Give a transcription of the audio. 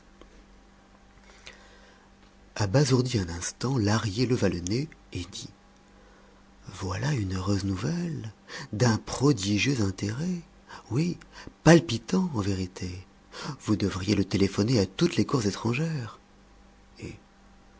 abasourdi un instant lahrier leva le nez et dit voilà une heureuse nouvelle d'un prodigieux intérêt oui palpitant en vérité vous devriez le téléphoner à toutes les cours étrangères et